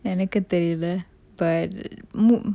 எனக்கு தெரியல:enakku theriyla but err